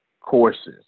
courses